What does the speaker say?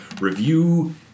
review